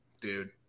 dude